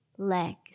legs